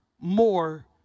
more